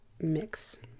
mix